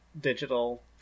digital